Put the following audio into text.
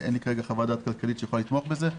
אין לי כרגע חוות דעת כלכלית שיכולה לתמוך בזה,